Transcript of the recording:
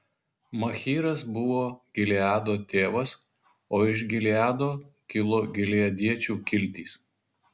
machyras buvo gileado tėvas o iš gileado kilo gileadiečių kiltys